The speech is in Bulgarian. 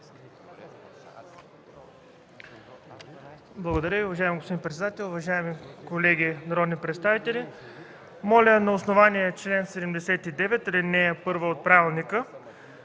Благодаря, уважаеми господин председател. Уважаеми колеги народни представители! Моля на основание чл. 79, ал. 1 от правилника,